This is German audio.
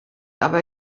aber